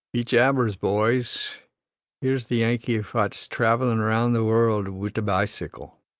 be jabbers, bhoys here's the yankee phat's travellin' around the worruld wid a bicycle.